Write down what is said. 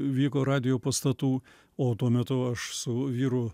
vyko radijo pastatų o tuo metu aš su vyrų